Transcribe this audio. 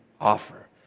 offer